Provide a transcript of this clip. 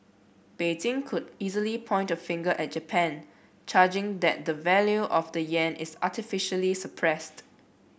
Beijing could easily point a finger at Japan charging that the value of the yen is artificially suppressed